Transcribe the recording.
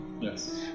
yes